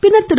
பின்னர் திரு